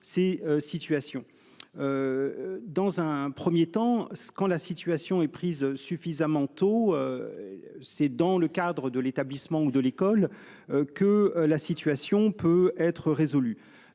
ces situations. Dans un 1er temps quand la situation est prise suffisamment tôt. C'est dans le cadre de l'établissement ou de l'école. Que la situation peut être résolue